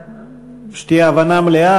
שתהיה הבנה מלאה,